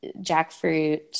jackfruit